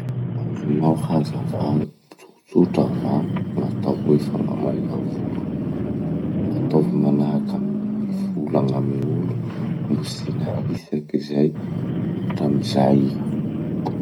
Azonao hazavà tsotsotra va gn'atao hoe fanamaina volo? Ataovy manahaky amy gny mivola gn'aminolo mbo tsy nahisaky zay hatramizay iha.